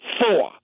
four